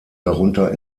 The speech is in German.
darunter